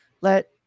let